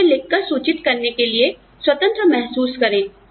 और मुझे लिख कर सूचित करने के लिए स्वतंत्र महसूस करें